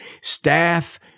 staff